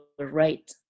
right